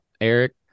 Eric